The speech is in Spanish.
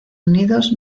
unidos